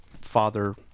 father